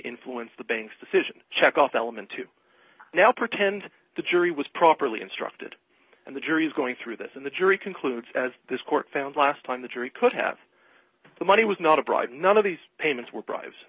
influence the bank's decision check off element to now pretend the jury was properly instructed and the jury is going through this in the jury concludes this court found last time the jury could have the money was not a bribe none of these payments were bribes